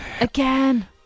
again